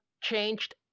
changed